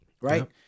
right